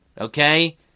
Okay